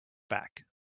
back